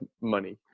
money